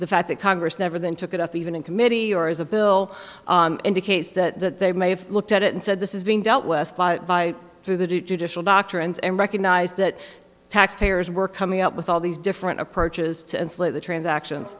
the fact that congress never then took it up even in committee or as a bill indicates that they may have looked at it and said this is being dealt with by through the due judicial doctrines and recognize that taxpayers were coming up with all these different approaches to enslave the transactions